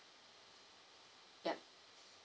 yup